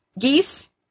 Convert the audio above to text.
geese